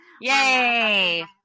Yay